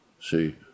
See